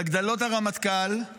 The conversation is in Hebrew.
על הגדלות הרמטכ"ל